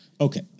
Okay